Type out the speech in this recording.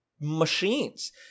machines